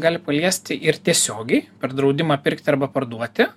gali paliesti ir tiesiogiai per draudimą pirkt arba parduoti